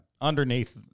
Underneath